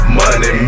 money